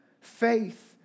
Faith